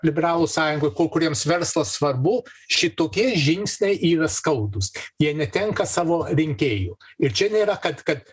liberalų sąjungų kuriems verslas svarbu šitokie žingsniai yra skaudūs jie netenka savo rinkėjų ir čia nėra kad kad